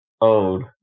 old